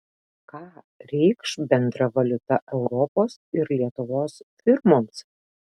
ką reikš bendra valiuta europos ir lietuvos firmoms